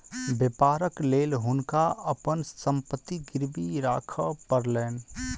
व्यापारक लेल हुनका अपन संपत्ति गिरवी राखअ पड़लैन